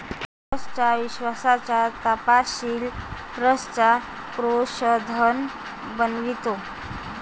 ट्रस्टच्या विश्वासाचा तपशील ट्रस्टचा कोषाध्यक्ष बनवितो